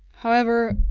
however,